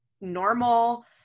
normal